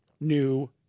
new